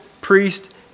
priest